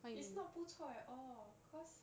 it's not 不错 at all cause